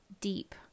deep